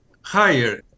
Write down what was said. higher